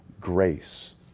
grace